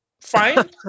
Fine